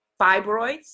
Fibroids